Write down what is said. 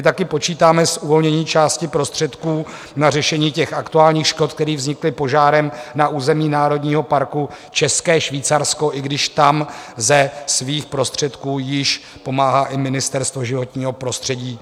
Taky počítáme s uvolněním části prostředků na řešení aktuálních škod, které vznikly požárem na území národního parku České Švýcarsko, i když tam ze svých prostředků již pomáhá i Ministerstvo životního prostředí.